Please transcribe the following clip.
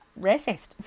racist